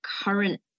current